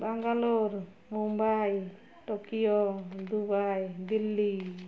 Bangalore Mumbai Tokyo Dubai Delhi